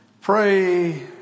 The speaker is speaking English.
Pray